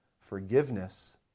forgiveness